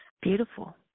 beautiful